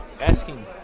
asking